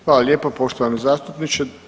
Hvala lijepo poštovani zastupniče.